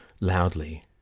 loudly